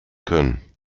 können